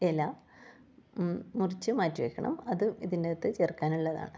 ഇല മുറിച്ച് മാറ്റിവെയ്ക്കണം അത് ഇതിൻ്റെകത്ത് ചേർക്കാനുള്ളതാണ്